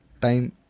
time